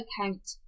account